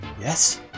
yes